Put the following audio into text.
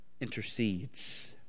intercedes